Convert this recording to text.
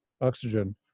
oxygen